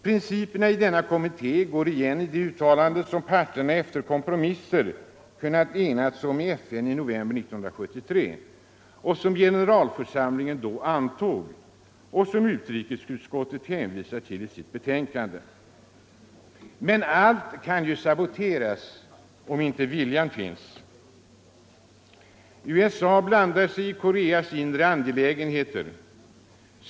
Principerna i denna kommuniké går igen i det uttalande som parterna efter kompromisser kunde enas om i FN i november 1973, som generalförsamlingen då antog och som utrikesutskottet hänvisar till i sitt betänkande. Men allt kan ju saboteras om inte viljan finns. USA blandar sig i Koreas inre angelägenheter.